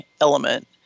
element